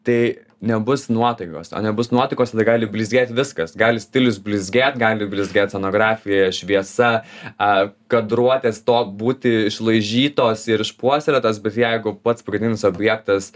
tai nebus nuotaikos o nebus nuotaikos gali blizgėt viskas gali stilius blizgėti gali blizgėti scenografija šviesa ar kadruotės to būti išlaižytos ir išpuoselėtos bet jeigu pats pagrindinis objektas